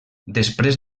després